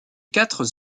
quatre